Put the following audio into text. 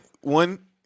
one